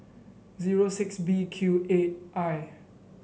zero six B Q eight I